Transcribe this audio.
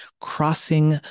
crossing